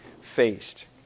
faced